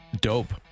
Dope